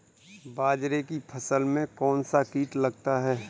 बाजरे की फसल में कौन सा कीट लगता है?